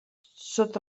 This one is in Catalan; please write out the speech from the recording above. sota